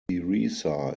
teresa